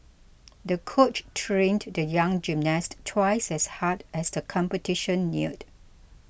the coach trained the young gymnast twice as hard as the competition neared